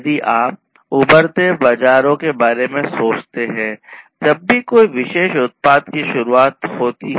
यदि आप उभरते बाजारों के बारे में सोचते हैं जब भी कोई विशेष उत्पाद की शुरुआत हो रही है